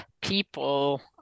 people